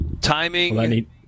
Timing